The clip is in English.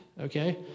okay